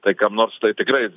tai kam nors tai tikrai